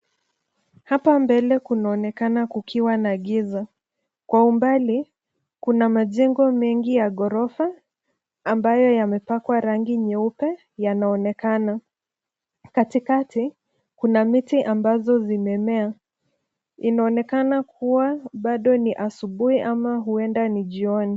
Hapa mbele kunaonekana kukiwa na giza. Kwa umbali, kuna majengo mengi ya ghorofa, ambayo yamepakwa rangi nyeupe, yanaonekana. Katikati, kuna miti ambazo zimemea. Inaonekana kuwa, bado ni asubuhi ama huenda ni jioni.